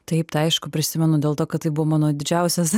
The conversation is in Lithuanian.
taip tai aišku prisimenu dėl to kad tai buvo mano didžiausias